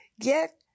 Get